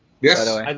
Yes